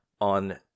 on